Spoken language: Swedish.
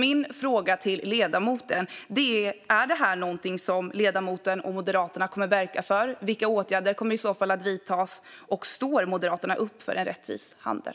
Mina frågor till ledamoten är om det här är något som ledamoten och Moderaterna kommer att verka för, vilka åtgärder som i så fall kommer att vidtas och om Moderaterna står upp för rättvis handel.